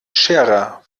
scherer